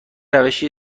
روشی